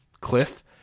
cliff